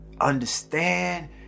understand